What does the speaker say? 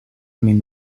min